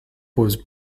was